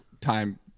time